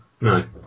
No